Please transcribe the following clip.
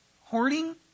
Hoarding